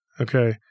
Okay